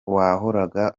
wahoraga